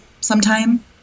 sometime